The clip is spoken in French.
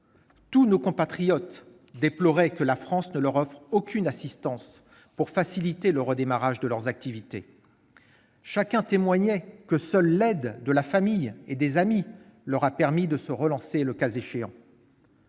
Tous nos compatriotes déploraient que la France ne leur ait offert aucune assistance pour faciliter le redémarrage de leurs activités. Chacun témoignait que seule l'aide de leur famille et de leurs amis leur avait permis de se relancer le cas échéant.